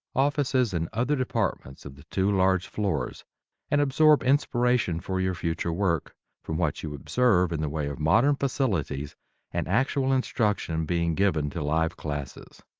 offices and other departments of the two large floors and absorb inspiration for your future work from what you observe in the way of modern facilities and actual instruction being given to live classes.